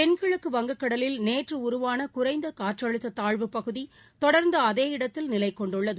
தென்கிழக்கு வங்கக்கடலில் நேற்றஉருவானகுறைந்தகாற்றழுத்தகாழ்வு பகுகிதொடர்ந்தடஅதேஇடத்தில் நிலைகொண்டுள்ளது